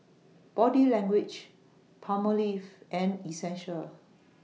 Body Language Palmolive and Essential